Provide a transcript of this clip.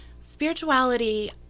spirituality